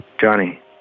Johnny